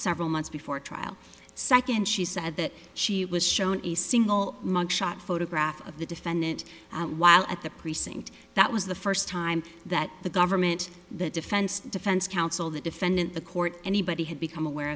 several months before trial second she said that she was shown a single mugshot photograph of the defendant while at the precinct that was the first time that the government the defense defense counsel the defendant the court anybody had become aware